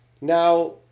Now